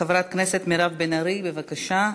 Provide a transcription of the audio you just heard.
חברת הכנסת מירב בן ארי, בבקשה,